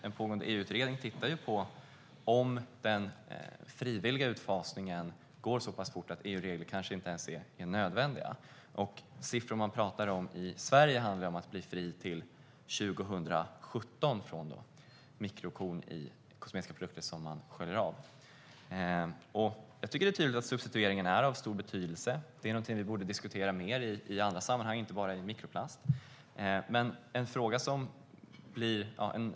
En pågående EU-utredning tittar på om den frivilliga utfasningen går så pass fort att EU-regler kanske inte ens är nödvändiga, och siffror man talar om i Sverige visar att det handlar om att till år 2017 bli fri från mikrokorn i kosmetiska produkter som sköljs av. Jag tycker att det är tydligt att substitueringen är av stor betydelse. Det är någonting vi borde diskutera mer i andra sammanhang och inte bara när det gäller mikroplast.